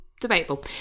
Debatable